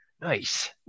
Nice